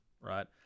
right